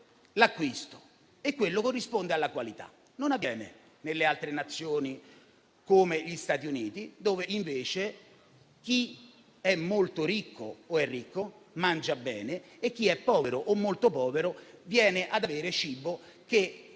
trasformatore e quello corrisponde alla qualità. Questo non avviene nelle altre Nazioni come gli Stati Uniti, dove invece chi è molto ricco o ricco mangia bene e chi è povero o molto povero si trova ad avere del cibo che